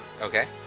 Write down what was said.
Okay